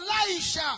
Elisha